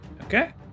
Okay